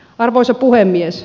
arvoisa puhemies